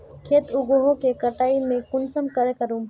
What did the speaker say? खेत उगोहो के कटाई में कुंसम करे करूम?